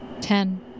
Ten